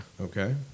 Okay